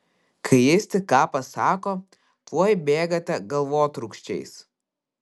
kai jis tik ką pasako tuoj bėgate galvotrūkčiais